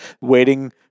waiting